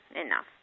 enough